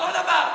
אותו דבר.